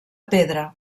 pedra